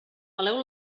peleu